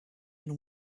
and